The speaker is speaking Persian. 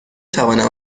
توانم